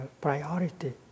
priority